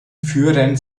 führen